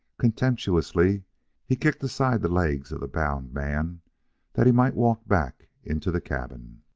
contemptuously he kicked aside the legs of the bound man that he might walk back into the cabin.